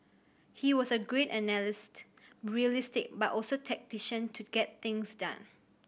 he was a great analyst realistic but also tactician to get things done